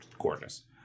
gorgeous